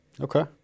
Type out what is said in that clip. Okay